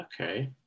Okay